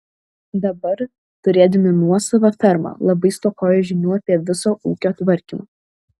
dabar turėdami nuosavą fermą labai stokoja žinių apie viso ūkio tvarkymą